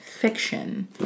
fiction